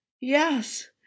Yes